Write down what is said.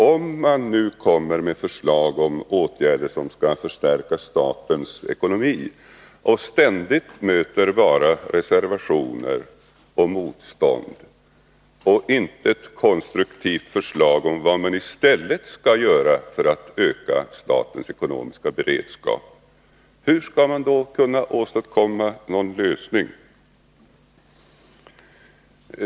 Om man kommer med förslag till åtgärder som skall förstärka statens ekonomi och ständigt möter reservationer och motstånd och inte får något konstruktivt förslag om vad man i stället skall göra för att öka statens ekonomiska beredskap, hur skall man då kunna åstadkomma någon lösning?